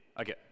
okay